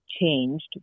changed